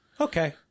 okay